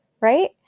right